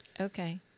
Okay